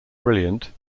brilliant